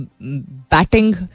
batting